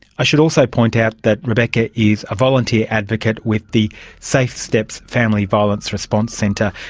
i should also point out that rebecca is a volunteer advocate with the safe steps family violence response centre.